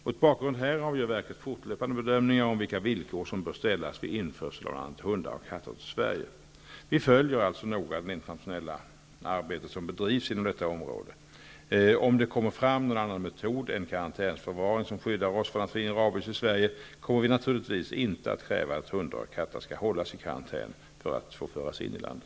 Mot bakgrund härav gör verket fortlöpande bedömningar om vilka villkor som bör ställas vid införsel av bl.a. hundar och katter till Vi följer således noga det internationella arbete som bedrivs inom detta område. Om det kommer fram någon annan metod än karantänsförvaring som skyddar oss från att få in rabies i Sverige kommer vi naturligtvis inte att kräva att hundar och katter skall hållas i karantän för att få föras in i landet.